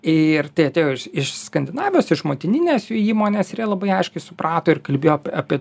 ir tai atėjo iš skandinavijos iš motininės jų įmonės ir jie labai aiškiai suprato ir kalbėjo apie